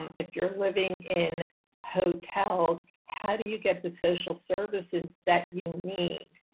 if you're living in hotels. how do you get the social services that you need.